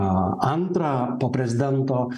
antrą po prezidento